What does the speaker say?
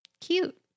Cute